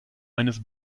eines